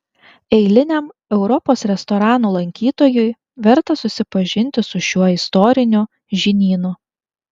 eiliniam europos restoranų lankytojui verta susipažinti su šiuo istoriniu žinynu